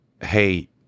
Hey